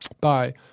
Bye